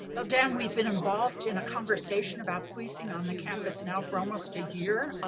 dan, we've been involved in a conversation about policing on the campus now for almost a year.